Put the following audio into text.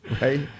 right